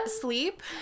sleep